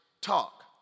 talk